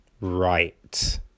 Right